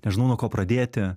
nežinau nuo ko pradėti